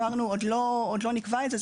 אמרנו: עוד לא נקבע את זה,